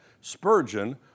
Spurgeon